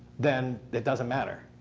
then it doesn't matter.